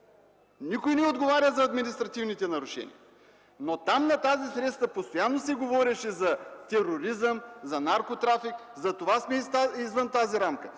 Никой не отговаря за административните нарушения, но там, на тази среща постоянно се говореше за тероризъм, за наркотрафик, затова сме извън тази рамка,